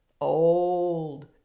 old